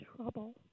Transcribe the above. trouble